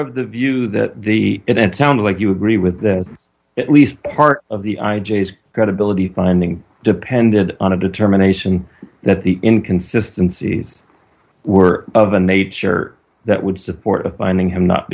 of the view that the event sounds like you agree with that at least part of the i j s credibility finding depended on a determination that the inconsistency were of a nature that would support a finding him not